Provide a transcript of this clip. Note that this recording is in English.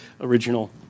original